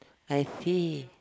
I see